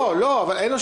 לא, לא.